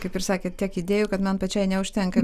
kaip ir sakėt tiek idėjų kad man pačiai neužtenka